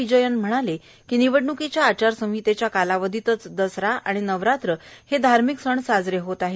विजयन म्हणाले निवडणूकीच्या आचारसंहितेच्या कालावधीतच दसरा आणि नवरात्र हे धार्मिक सण साजरे होत आहे